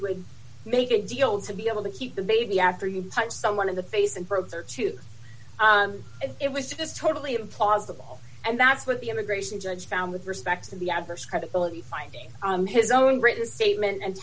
would make a deal to be able to keep the baby after you punch someone in the face and broke their tooth and it was just totally implausible and that's what the immigration judge found with respect to the adverse credibility finding on his own written statement and